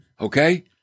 Okay